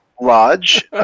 Lodge